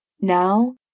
Now